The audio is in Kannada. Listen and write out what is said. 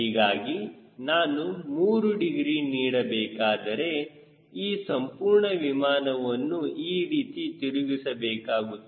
ಹೀಗಾಗಿ ನಾನು 3 ಡಿಗ್ರಿ ನೀಡಬೇಕಾದರೆ ಈ ಸಂಪೂರ್ಣ ವಿಮಾನವನ್ನು ಈ ರೀತಿ ತಿರುಗಿಸಬೇಕಾಗುತ್ತದೆ